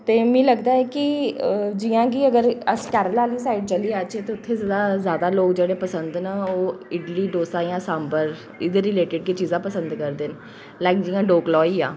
ते मिगी लगदा ऐ कि जियां कि अगर अस केरला आह्ली साइड चली जाचै ते उत्थें जेह्ड़ा जादै लोक पसंद न ओह् एह् इडली डोसा जा सांभर एह्दे रिलेटड गै चीजां पसंद करदे न जियां डोकला होई गेआ